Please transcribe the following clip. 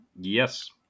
Yes